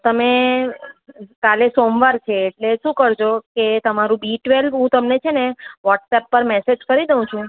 તમે કાલે સોમવાર છે એટલે શું કરજો કે તમારું બી ટવેલ હું તમને છેને વોહટસ અપ પર મેસેજ કરી દઉં છું